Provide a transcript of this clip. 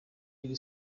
iri